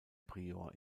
prior